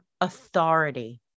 authority